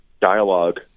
dialogue